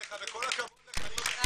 הבירוקרטיות האלה בהקדם ובמהירות ולתת לנושא